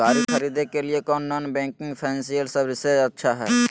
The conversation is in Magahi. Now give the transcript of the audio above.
गाड़ी खरीदे के लिए कौन नॉन बैंकिंग फाइनेंशियल सर्विसेज अच्छा है?